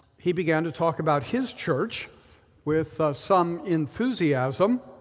he began to talk about his church with some enthusiasm,